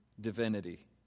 divinity